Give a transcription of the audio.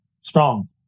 strong